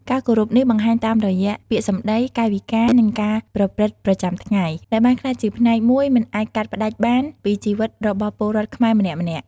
ការគោរពនេះបង្ហាញតាមរយៈពាក្យសម្ដី កាយវិការ និងការប្រព្រឹត្តប្រចាំថ្ងៃ ដែលបានក្លាយជាផ្នែកមួយមិនអាចកាត់ផ្ដាច់បានពីជីវិតរបស់ពលរដ្ឋខ្មែរម្នាក់ៗ។